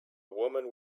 woman